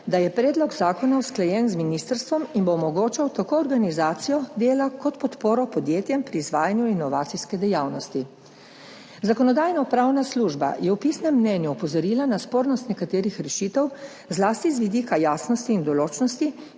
da je predlog zakona usklajen z ministrstvom in bo omogočal tako organizacijo dela kot podporo podjetjem pri izvajanju inovacijske dejavnosti. Zakonodajno-pravna služba je v pisnem mnenju opozorila na spornost nekaterih rešitev, zlasti z vidika jasnosti in določnosti,